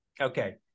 Okay